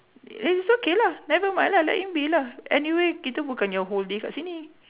it's okay lah never mind lah let it be lah anyway kita bukannya whole day kat sini